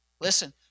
Listen